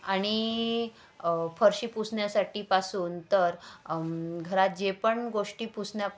आणि फरशी पुसण्यासाठी पासून तर घरात जे पण गोष्टी पुसण्या